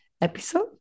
episode